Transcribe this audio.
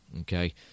okay